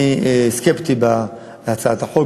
אני סקפטי לגבי הצעת החוק.